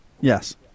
Yes